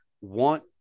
want